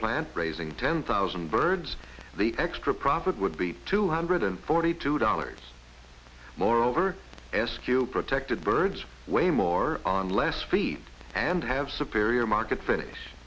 plant grazing ten thousand birds the extra profit would be two hundred and forty two dollars more over s q protected birds way more on less feed and have superior market finish